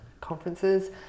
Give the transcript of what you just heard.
conferences